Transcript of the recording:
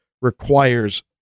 requires